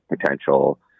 potential